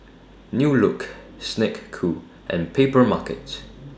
New Look Snek Ku and Papermarket